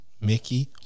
Mickey